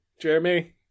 Jeremy